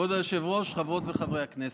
כבוד היושב-ראש, חברות וחברי הכנסת,